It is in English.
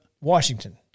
Washington